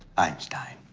einstein.